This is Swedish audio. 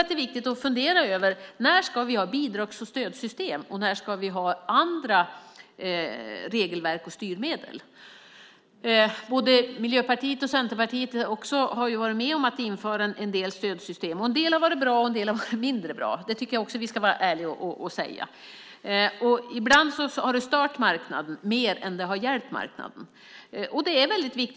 Det är viktigt att fundera på när vi ska ha bidrags och stödsystem och när vi ska ha andra regelverk och styrmedel. Miljöpartiet och även Centerpartiet har varit med om att införa stödsystem. En del har varit bra, andra mindre bra. Det ska vi vara ärliga med att säga. Ibland har de stört marknaden mer än de hjälpt.